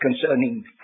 concerning